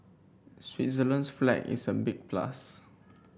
Switzerland's flag is a big plus